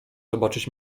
zobaczyć